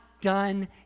done